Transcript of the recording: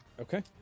Okay